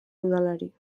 udalari